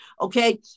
okay